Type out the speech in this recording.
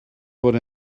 fod